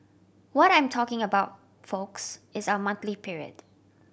what I'm talking about folks is our monthly period